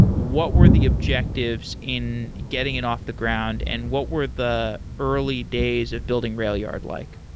what were the objectives in getting it off the ground and what were the early days of building railyard like?